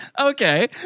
okay